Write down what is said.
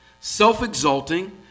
self-exalting